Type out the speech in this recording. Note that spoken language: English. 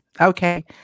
okay